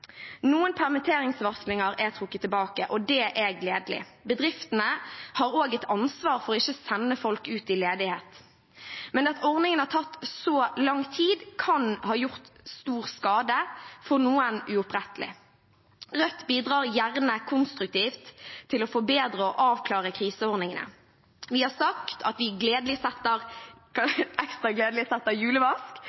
Noen permitteringsvarslinger er trukket tilbake, og det er gledelig. Bedriftene har også et ansvar for ikke å sende folk ut i ledighet. Men at ordningen har tatt så lang tid, kan ha gjort stor skade, for noen uopprettelig. Rødt bidrar gjerne konstruktivt til å forbedre og avklare kriseordningene. Vi har sagt at vi gledelig – ekstra gledelig! – setter